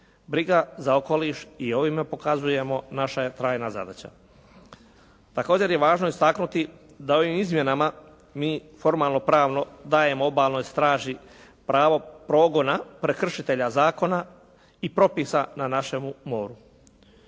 Briga za okoliš i ovime pokazujemo naša je trajna zadaća. Također je važno istaknuti da ovim izmjenama formalno pravno dajemo obalnoj straži pravo progona prekršitelja zakona i propisa na našemu moru.